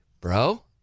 bro